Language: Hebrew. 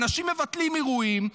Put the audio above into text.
אנשים מבטלים אירועים,